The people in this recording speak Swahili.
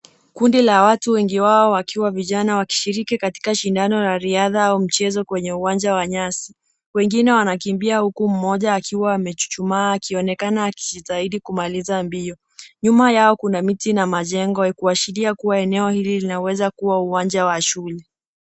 Kundi la watu wengi wao wakiwa vijana wakishiriki katika shindano la riadha au mchezo kwenye uwanja wa nyasi. Wengine wanakimbia huku mmoja akiwa amechuchumaa akionekana akijitahidi kumaliza mbio. Nyuma yao kuna miti na majengo ya kuashiria kuwa eneo hili linaweza kuwa uwanja wa shule.